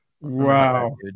Wow